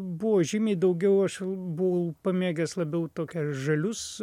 buvo žymiai daugiau aš jau buvau pamėgęs labiau tokią žalius